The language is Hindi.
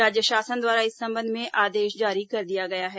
राज्य शासन द्वारा इस संबंध में आदेश जारी कर दिया गया है